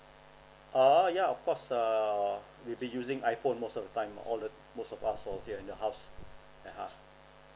err ya of course err we'll be using iphone most of the time all the most of us over here in the house (uh huh)